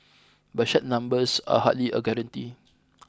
but such numbers are hardly a guarantee